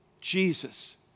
Jesus